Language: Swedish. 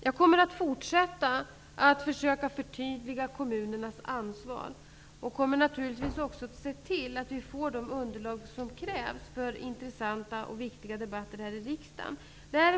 Jag kommer att fortsätta att försöka förtydliga kommunernas ansvar och kommer naturligtvis ockå att se till att vi får det underlag som krävs för intressanta och viktiga debatter här i riksdagen.